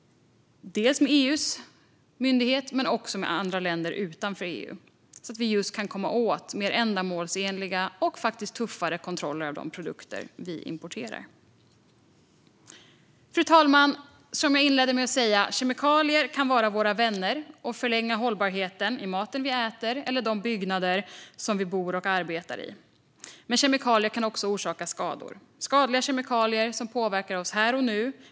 Det gäller EU:s myndighet men också länder utanför EU. Detta bör göras så att vi kan få mer ändamålsenliga och tuffare kontroller av de produkter vi importerar. Fru talman! Som jag inledde med att säga kan kemikalier vara våra vänner och förlänga hållbarheten när det gäller maten vi äter eller de byggnader som vi bor och arbetar i. Men kemikalier kan också orsaka skador. Skadliga kemikalier påverkar oss här och nu.